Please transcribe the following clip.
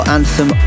Anthem